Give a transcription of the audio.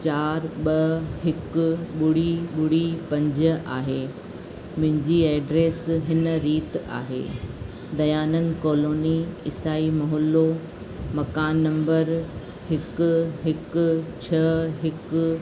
चारि ॿ हिकु ॿुड़ी ॿुड़ी पंज आहे मुंहिंजी एड्रेस हिन रीति आहे दयानंद कॉलोनी ईसाइ मकान नम्बर हिकु हिकु छह हिकु